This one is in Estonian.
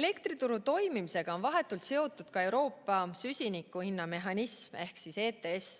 Elektrituru toimimisega on vahetult seotud ka Euroopa süsinikuhinna mehhanism ehk ETS,